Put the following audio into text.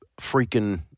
freaking